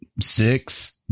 six